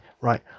right